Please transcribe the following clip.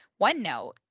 OneNote